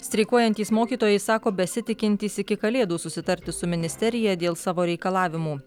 streikuojantys mokytojai sako besitikintys iki kalėdų susitarti su ministerija dėl savo reikalavimų